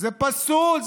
זה פסול,